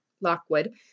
Lockwood